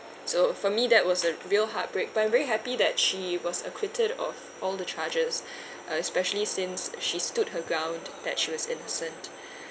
so for me that was a real heartbreak but I'm very happy that she was acquitted of all the charges uh especially since she stood her ground that she was innocent